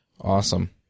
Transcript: Awesome